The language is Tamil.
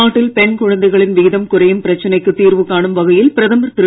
நாட்டில் பெண் குழந்தைகளின் விகிதம் குறையும் பிரச்சனைக்கு தீர்வு காணும் வகையில் பிரதமர் திரு